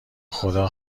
خدا